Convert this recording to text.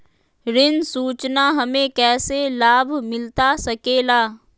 ऋण सूचना हमें कैसे लाभ मिलता सके ला?